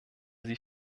sie